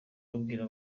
abwira